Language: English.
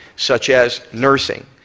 such as nursing,